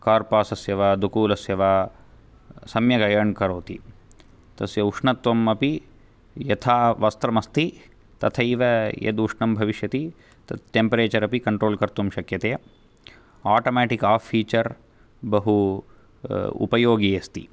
कार्पासस्य वा दुकूलस्य वा सम्यक् आयरन् करोति तस्य उष्णत्वमपि यथा वस्त्रम् अस्ति तथैव यद् उष्णं भविष्यति तद् टेम्परेचर् अपि कन्ट्रोल् कर्तुं शक्यते आटोमेटिक् आफ् फिचर् बहु उपयोगी अस्ति